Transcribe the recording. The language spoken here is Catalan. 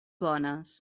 bones